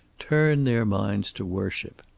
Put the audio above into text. turn their minds to worship.